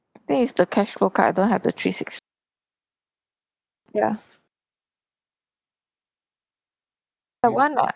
think is the cashflo card I don't have the three six ya that one uh